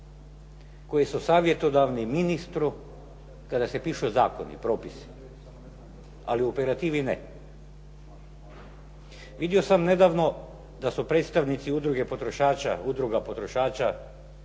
koji su savjetodavni ministru kada se pišu zakoni, propisi, ali u operativi ne. Vidio sam nedavno da su predstavnici Udruge potrošača najavili